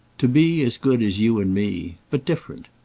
to be as good as you and me. but different.